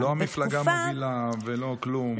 לא המפלגה מובילה ולא כלום.